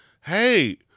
hey